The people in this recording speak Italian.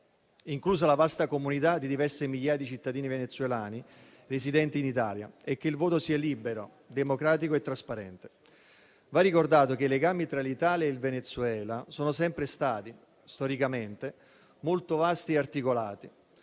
inclusa la vasta comunità di diverse migliaia di cittadini venezuelani residenti in Italia, e che il voto sia libero, democratico e trasparente. Va ricordato che i legami tra l'Italia e il Venezuela sono sempre stati storicamente molto vasti e articolati,